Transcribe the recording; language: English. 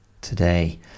today